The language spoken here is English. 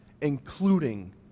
including